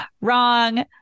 Wrong